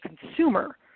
consumer